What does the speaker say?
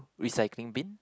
recycling bin